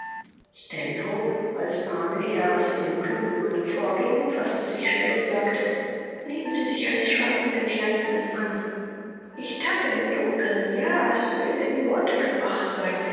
als ahne er was in dem klugen manne vorging faßte sich schnell und sagte nehmen sie sich eines schwankenden herzens an ich tappe im dunkeln ja es will in worte gebracht sein